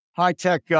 high-tech